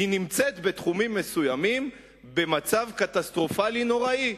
היא נמצאת בתחומים מסוימים במצב קטסטרופלי נוראי,